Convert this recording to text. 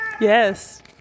Yes